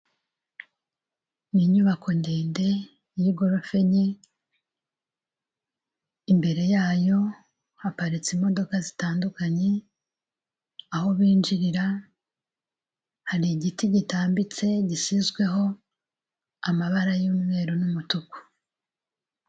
Ni inyubako ndende y'igorofa enye, imbere yayo haparitse imodoka zitandukanye, aho binjirira hari igiti gitambitse gisizweho amabara y'umweru n'umutuku.